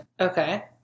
Okay